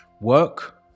Work